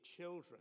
children